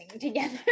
together